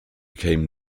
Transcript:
became